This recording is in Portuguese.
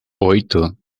oito